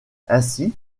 ainsi